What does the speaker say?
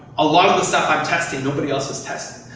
a lot of the stuff i'm testing nobody else has tested.